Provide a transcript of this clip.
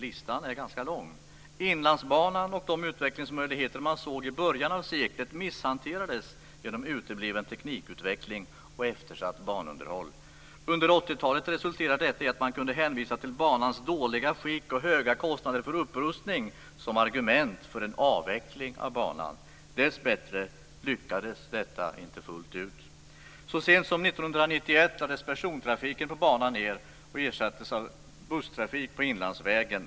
Listan är ganska lång. Inlandsbanan, och de utvecklingsmöjligheter man såg i början av seklet, misshanterades genom utebliven teknikutveckling och eftersatt banunderhåll. Under 80-talet resulterade detta i att man kunde hänvisa till banans dåliga skick och höga kostnader för upprustning som argument för en avveckling av banan. Dessbättre lyckades inte detta fullt ut. Så sent som 1991 lades persontrafiken på banan ned och ersattes av busstrafik på Inlandsvägen.